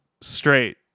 straight